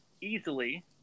easily